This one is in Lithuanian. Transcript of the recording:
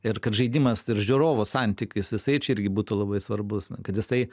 ir kad žaidimas ir žiūrovo santykis jisai čia irgi būtų labai svarbus kad jisai